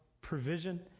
provision